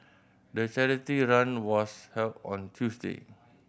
the charity run was held on a Tuesday